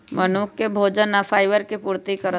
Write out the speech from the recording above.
मनुख के भोजन आ फाइबर के पूर्ति करत